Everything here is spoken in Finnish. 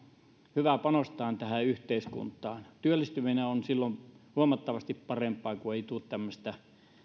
hyvää panostaan tähän yhteiskuntaan työllistyminen on huomattavasti parempaa kun ei tule tämmöistä